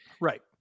Right